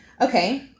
Okay